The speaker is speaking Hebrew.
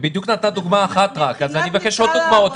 היא בדיוק נתנה דוגמה אחת ואני מבקש עוד דוגמאות.